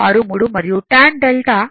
63 మరియు tan 𝛅